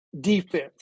defense